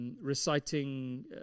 reciting